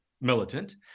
militant